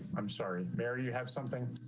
i'm sorry, mary, you have something